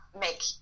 make